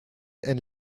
and